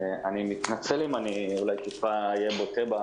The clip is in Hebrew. אני מתנצל אם אני אולי טיפה אהיה בוטה.